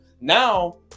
Now